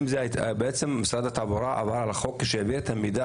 האם משרד התחבורה עבר על החוק כשהעביר את המידע